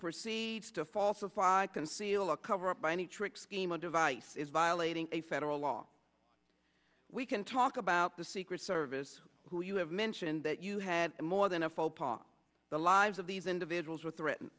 proceeds to falsify a conceal a coverup by any trick scheme a device is violating a federal law we can talk about the secret service who you have mentioned that you had more than a folk song the lives of these individuals were threatened